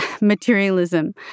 materialism